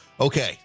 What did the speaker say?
Okay